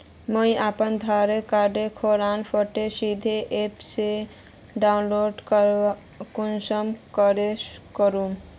मुई अपना आधार कार्ड खानेर फोटो सीधे ऐप से डाउनलोड कुंसम करे करूम?